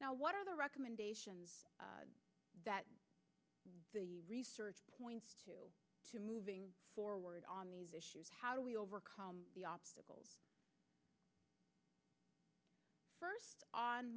now what are the recommendations that the research points to to moving forward on these issues how do we overcome the obstacles first on